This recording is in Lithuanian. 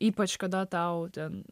ypač kada tau ten